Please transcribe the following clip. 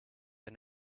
and